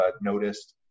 noticed